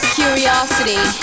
curiosity